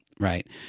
Right